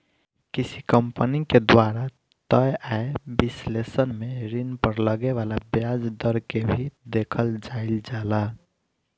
किसी कंपनी के द्वारा तय आय विश्लेषण में ऋण पर लगे वाला ब्याज दर के भी देखल जाइल जाला